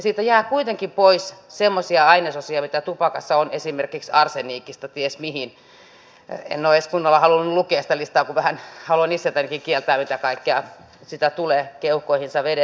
siitä jää kuitenkin pois semmoisia ainesosia mitä tupakassa on esimerkiksi arsenikista ties mihin en ole edes kunnolla halunnut lukea sitä listaa kun vähän haluan itseltänikin kieltää mitä kaikkea sitä tulee keuhkoihinsa vedettyä